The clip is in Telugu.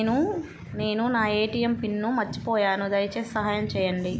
నేను నా ఏ.టీ.ఎం పిన్ను మర్చిపోయాను దయచేసి సహాయం చేయండి